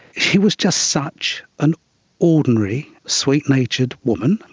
she was just such an ordinary sweet-natured woman,